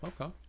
okay